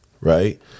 right